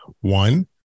One